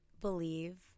believe